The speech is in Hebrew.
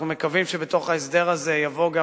אנחנו מקווים שבתוך ההסדר הזה יבוא גם